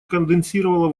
конденсировала